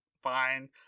Fine